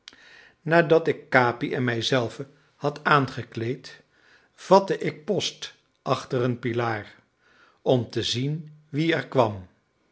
nadat ik capi en mijzelven had aangekleed vatte ik post achter een pilaar om te zien wie er kwam